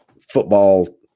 football